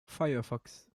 firefox